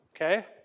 okay